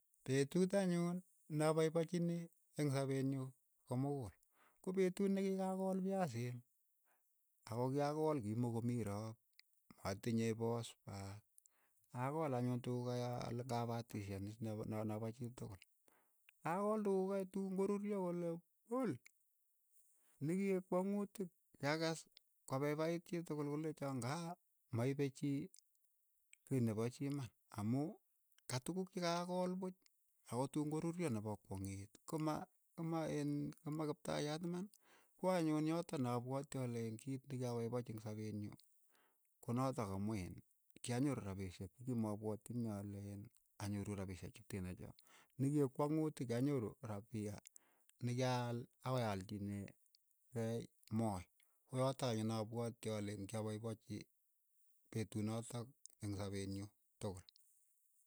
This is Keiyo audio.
Petuut anyun na paipachini eng' sapeet nyu komukul ko petuut ne ki ka kool piasiin ako kyakool ki mo ko mii roop, atinye pospaat, akol anyun tukuuk kai a- ale ng'apaatishan is nap- napa chitukul, akol tukuk kai tuun koruryo ole puul, nikieek kwang'ut ik kyakaas ko paipaiit chii tukul kolecho ng'a maipe chii kei nepo chii iman, amu ka tukuuk che kakool puuch ako tuun koruryo nepo kwang'et koma koma iin koma kiptayat iman, ko anyun yotok ne apwoti ale iin kiit ne kiapaipachi eng' sopet nyu, ko notok amu oon kyanyoru rapishek che kii ma pwatchini ale iin anyoru rapishek cheteno choo, ne kieek kwang'ut kyanyoru rapia nekiaal akoi aalchinekei mooi, koyotok anyun ne apwoti ale ng'iapaipachi petut notok eng' sapeet nyu tukul.